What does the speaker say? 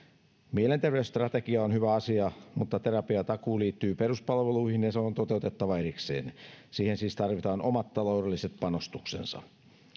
mielenterveysstrategia on hyvä asia mutta terapiatakuu liittyy peruspalveluihin ja se on toteuttava erikseen siihen siis tarvitaan omat taloudelliset panostuksensa